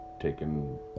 taken